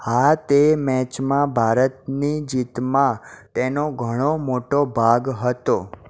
હા તે મેચમાં ભારતની જીતમાં તેનો ઘણો મોટો ભાગ હતો